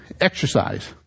exercise